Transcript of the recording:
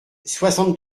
soixante